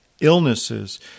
illnesses